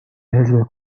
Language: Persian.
حزب